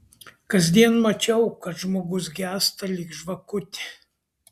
kasdien mačiau kad žmogus gęsta lyg žvakutė